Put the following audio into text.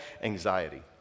Anxiety